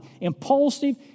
Impulsive